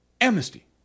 Amnesty